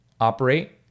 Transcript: operate